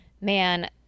man